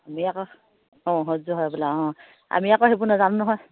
আমি আকৌ অঁ সহ্য হয় বোলে অঁ আমি আকৌ সেইবোৰ নাজানো নহয়